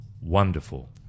wonderful